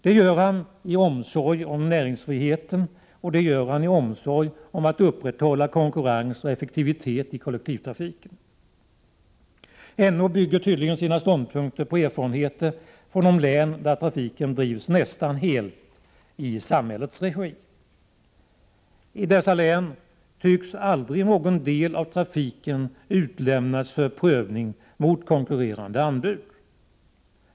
Det gör han av omsorg om näringsfriheten och därför att han vill upprätthålla konkurrens och effektivitet i kollektivtrafiken. NO bygger tydligen sina ståndpunkter på erfarenheter från de län där trafiken drivs nästan helt i samhällets regi. I dessa län tycks aldrig någon del av trafiken utlämnas för prövning mot konkurrerande anbud.